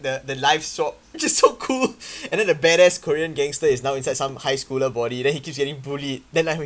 the the life swapped which is just cool and then the bad ass korean gangster is now inside some high schooler body then he keeps getting bullied then like